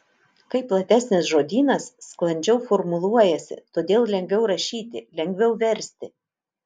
kai platesnis žodynas sklandžiau formuluojasi todėl lengviau rašyti lengviau versti